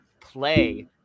play